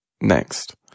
Next